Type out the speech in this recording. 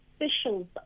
officials